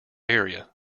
area